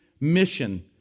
Mission